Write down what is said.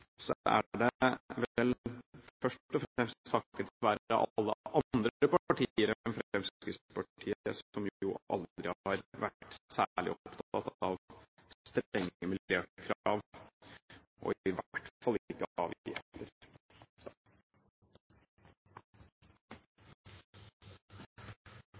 det vel først og fremst takket være alle andre partier enn Fremskrittspartiet, som jo aldri har vært særlig opptatt av strenge miljøkrav, og i hvert fall ikke